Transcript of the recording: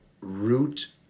root